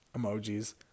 Emojis